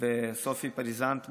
וסופי פריזנט,